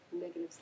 negative